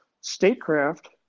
Statecraft